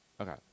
Okay